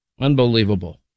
Unbelievable